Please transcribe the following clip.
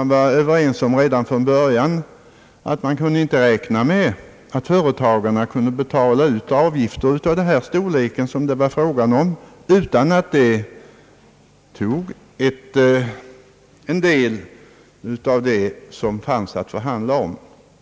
Alla var väl redan från början överens om att företagarna inte kunde betala avgifter av den storlek det här är fråga om utan att detta tog en del av det utrymme som fanns att förhandla om.